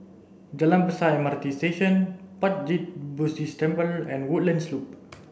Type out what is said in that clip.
Jalan Besar M R T Station Puat Jit Buddhist Temple and Woodlands Loop